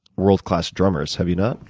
world-class drummers, have you not?